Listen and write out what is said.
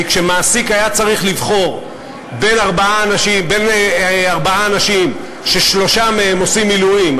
כי כשמעסיק היה צריך לבחור בין ארבעה אנשים ששלושה מהם עושים מילואים,